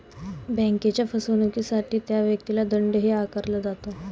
बँकेच्या फसवणुकीसाठी त्या व्यक्तीला दंडही आकारला जातो